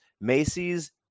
Macy's